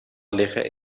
liggen